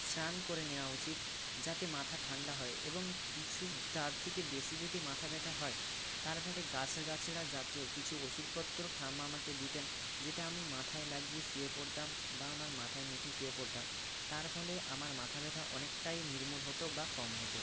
স্নান করে নেওয়া উচিত যাতে মাথা ঠান্ডা হয় এবং কিছু তার থেকে বেশি যদি মাথা ব্যথা হয় তার পরে গাছ গাছড়া জাতীয় কিছু ওষুধপত্র ঠাম্মা আমাকে দিতেন যেটা আমি মাথায় লাগিয়ে শুয়ে পড়তাম বা আমার মাথায় মেখে শুয়ে পড়তাম তার ফলে আমার মাথা ব্যথা অনেকটাই নির্মূল হতো বা কম হতো